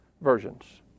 versions